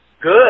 Good